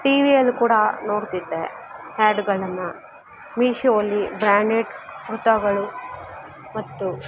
ಟಿವಿಯಲ್ಲು ಕೂಡ ನೋಡುತ್ತಿದ್ದೆ ಹ್ಯಾಡ್ಗಳನ್ನ ಮಿಶೋದಲ್ಲಿ ಬ್ರಾಂಡೆಡ್ ಕುರ್ತಾಗಳು ಮತ್ತು